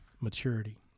maturity